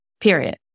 Period